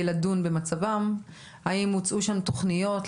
וליסה פה תספר,